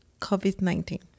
COVID-19